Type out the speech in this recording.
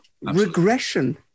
Regression